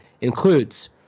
includes